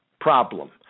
problem